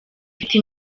ifite